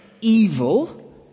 evil